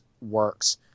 works